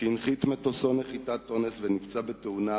16-F שהנחית את מטוסו נחיתת אונס ונפצע בתאונה